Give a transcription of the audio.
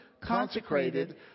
consecrated